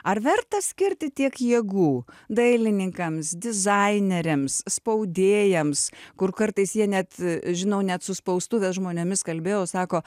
ar verta skirti tiek jėgų dailininkams dizaineriams spaudėjams kur kartais jie net žinau net su spaustuvės žmonėmis kalbėjau sako